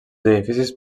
edificis